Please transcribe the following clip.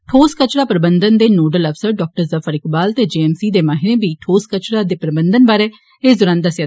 ठोस कचरा प्रबंधन दे नोडल अफसर डॉ Zafar Iqbal J M C दे माहिरें बी ठोस कचरा दे प्रबंघन बारे दस्सेआ